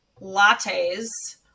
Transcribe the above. lattes